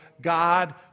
God